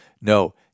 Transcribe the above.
No